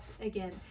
again